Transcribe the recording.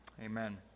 Amen